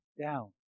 down